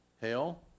Hell